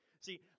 See